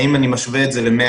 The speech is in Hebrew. האם אני משווה את זה ל-120,